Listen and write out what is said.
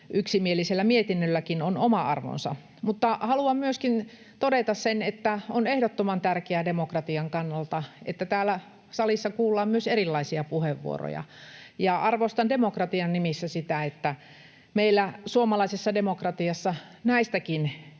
yksimielisellä mietinnölläkin on oma arvonsa. Mutta haluan myöskin todeta sen, että on ehdottoman tärkeää demokratian kannalta, että täällä salissa kuullaan myös erilaisia puheenvuoroja. Arvostan demokratian nimissä sitä, että meillä suomalaisessa demokratiassa näistäkin